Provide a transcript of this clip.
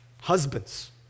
Husbands